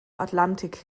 atlantik